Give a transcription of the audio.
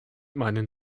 meinen